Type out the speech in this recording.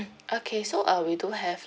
okay so uh we do have